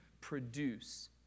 Produce